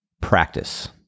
practice